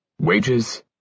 Wages